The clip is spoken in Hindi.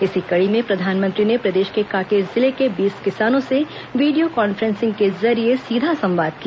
इसी कड़ी में प्रधानमंत्री ने प्रदेश के कांकेर जिले के बीस किसानों से वीडियो कान्फ्रेंसिंग के जरिये सीधा संवाद किया